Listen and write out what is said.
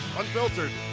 unfiltered